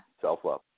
Self-love